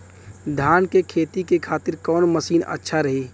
धान के खेती के खातिर कवन मशीन अच्छा रही?